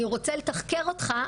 אני רוצה לתחקר אותך",